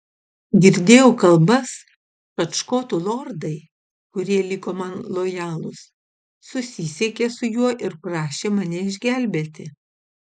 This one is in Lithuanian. girdėjau kalbas kad škotų lordai kurie liko man lojalūs susisiekė su juo ir prašė mane išgelbėti